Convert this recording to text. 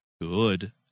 good